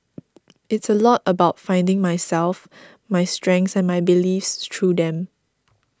it's a lot about finding myself my strengths and my beliefs through them